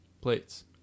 plates